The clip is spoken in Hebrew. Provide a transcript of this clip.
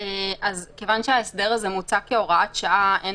כיוון שההסדר הזה מוצע כהוראת שעה אין